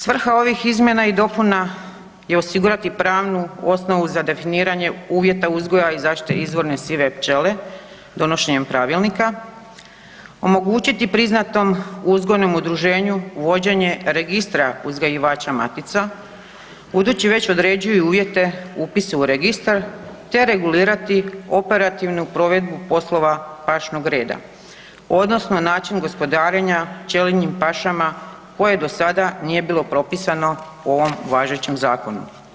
Svrha ovih izmjena i dopuna je osigurati pravnu osnovu za definiranje uvjeta uzgoj i zaštite izvorne sive pčele donošenjem pravilnika, omogućiti priznatom uzgojnom udruženju, uvođenje registra uzgajivača matica, budući već određuju uvjete upisa u registar te regulirati operativnu provedbu poslova pašnog reda odnosno način gospodarenja pčelinjim pašama koje do sada nije bilo propisano u ovom važećem zakonu.